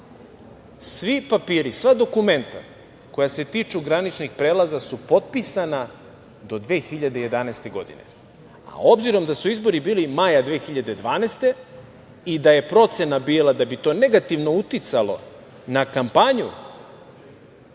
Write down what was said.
Svi papiri, sva dokumenta koja se tiču graničnih prelaza su potpisana do 2001. godine, a obzirom da su izbori bili maja 2012. godine i da je procena bila da bi to negativno uticalo na kampanju